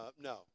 No